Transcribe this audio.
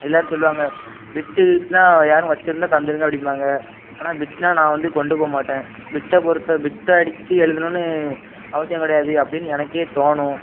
எல்லோரும் சொல்லுவாங்க பிட்டு கிட்டுலாம் யாரும் வச்சிருந்தால் தந்துடுங்க அப்படிம்பாங்க ஆனால் பிட்லாம் நான் வந்து கொண்டு போக மாட்டேன் பிட்டை பொறுத்தை பிட் அடித்து எழுதணுன்னு அவசியம் கிடையாது அப்படின்னு எனக்கே தோணும்